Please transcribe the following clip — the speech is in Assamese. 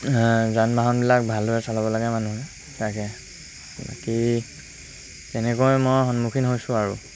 যান বাহনবিলাক ভালদৰে চলাব লাগে মানুহে তাকে বাকী তেনেকৈ মই সন্মুখীন হৈছোঁ আৰু